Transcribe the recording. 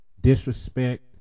disrespect